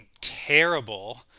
terrible